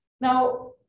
Now